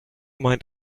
mind